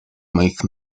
моих